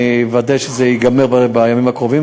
אני אוודא שזה ייגמר בימים הקרובים.